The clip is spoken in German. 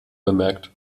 bemerkt